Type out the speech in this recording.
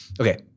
Okay